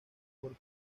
por